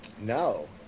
no